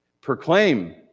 Proclaim